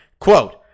quote